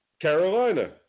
Carolina